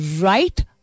right